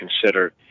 consider